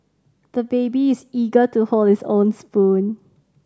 the baby is eager to hold his own spoon